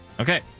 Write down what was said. Okay